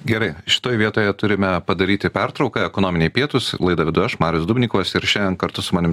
gerai šitoj vietoje turime padaryti pertrauką ekonominiai pietūs laidą vedu aš marius dubnikovas ir šiandien kartu su manim